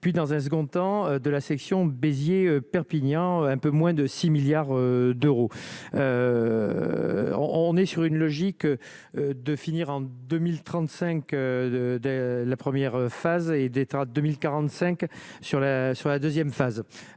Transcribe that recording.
puis dans un second temps, de la section, Béziers, Perpignan, un peu moins de 6 milliards d'euros on on est sur une logique de finir en 2035 2 dès la première phase et d'État 2000 45 sur la sur la 2ème phase